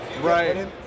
right